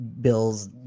Bills